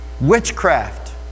witchcraft